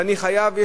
ואני חייב,